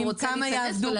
הוא רוצה להתייחס.